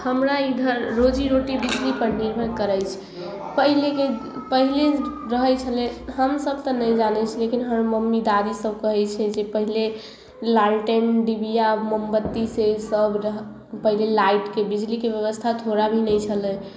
हमरा इधर रोजीरोटी बिजली पर निर्भर करै छै पहिलेके पहिले रहै छलै हमसब तऽ नहि जानै छियै की मम्मी दादी सब कहै छै जे पहिले लालटेम डिबिया मोमबत्ती से सब जगह पहिले लाइटके बिजलीके ब्यवस्था थोड़ा भी नहि छलै